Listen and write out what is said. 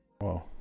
Wow